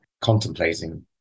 contemplating